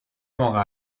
موقع